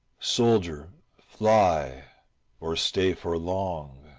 soldier, fly or stay for long